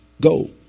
go